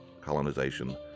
colonization